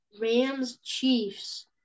Rams-Chiefs